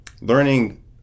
learning